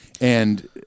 And-